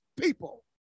people